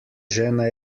žena